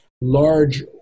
large